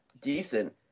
decent